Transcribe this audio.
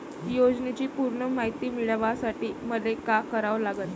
योजनेची पूर्ण मायती मिळवासाठी मले का करावं लागन?